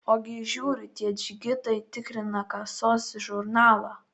ogi žiūriu tie džigitai tikrina kasos žurnalą